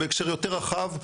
בהקשר יותר רחב,